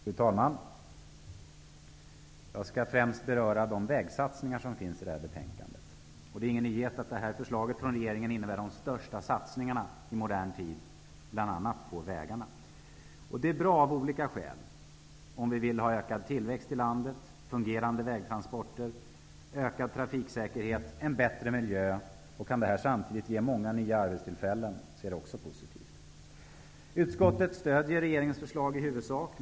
Fru talman! Jag skall främst beröra de vägsatsningar som tas upp i betänkandet. Det är ingen nyhet att förslaget från regeringen innebär de största satsningarna i modern tid på bl.a. vägarna. Det är är av olika skäl bra, t.ex. om vi vill ha ökad tillväxt i landet, fungerande vägtransporter, ökad trafiksäkerhet och en bättre miljö. Det är också positivt om det här samtidigt kan ge många nya arbetstillfällen. Utskottet stöder i huvudsak regeringens förslag.